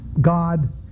God